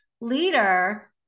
leader